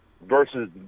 versus